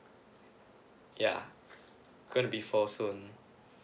yeah going to be four soon